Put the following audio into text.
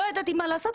לא ידעתי מה לעשות,